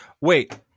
Wait